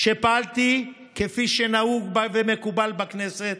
כשפעלתי כפי שנהוג ומקובל בכנסת